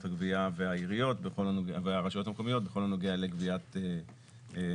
הגבייה והרשויות המקומיות בכל הנוגע לגביית חובות.